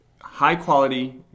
high-quality